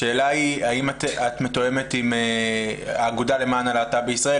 השאלה היא האם את מתואמת עם האגודה למען הלהט"ב בישראל,